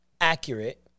accurate